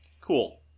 Cool